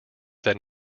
that